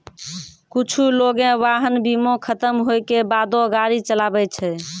कुछु लोगें वाहन बीमा खतम होय के बादो गाड़ी चलाबै छै